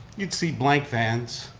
you'd see blank vans,